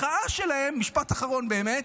משפט אחרון באמת.